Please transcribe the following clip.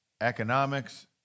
economics